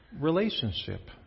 relationship